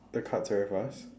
the card very fast